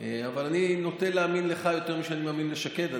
אבל אני נוטה להאמין לך יותר ממה שאני נוטה להאמין לשקד,